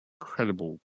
incredible